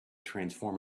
transform